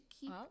keep